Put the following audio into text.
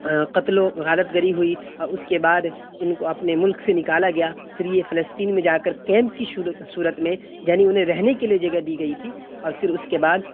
قتل و غارت گری ہوئی اس کے بعد ان کو اپنے ملک سے نکالا گیا پھر یہ فلسطین میں جا کر کیمپ کی شورت صورت میں یعنی انہیں رہنے کے لیے جگہ دی گئی تھی اور پھر اس کے بعد